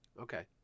Okay